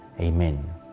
Amen